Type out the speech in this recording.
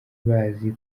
bazi